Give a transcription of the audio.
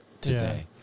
today